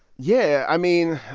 yeah. i mean,